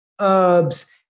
herbs